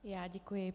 Já děkuji.